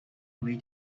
away